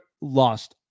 lost